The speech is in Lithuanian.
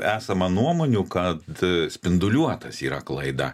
esama nuomonių kad spinduliuotas yra klaida